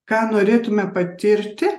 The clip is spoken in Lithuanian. ką norėtume patirti